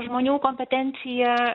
žmonių kompetencija